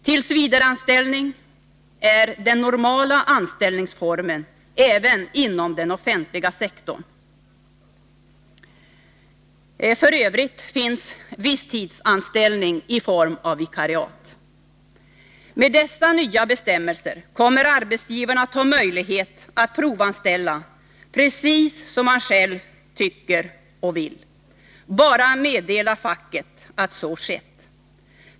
Tillsvidareanställning är den normala anställningsformen även inom den offentliga sektorn. F. ö. finns visstidsanställning i form av vikariat. Med de nya bestämmelserna kommer arbetsgivarna att ha möjlighet att provanställa precis som de själva tycker och vill — bara meddela facket att så skett.